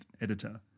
editor